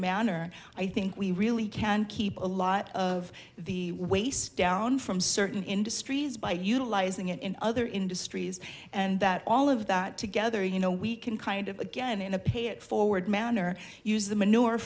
manner i think we really can keep a lot of the waist down from certain industries by utilizing it in other industries and that all of that together you know we can kind of again in a pay it forward manner use the m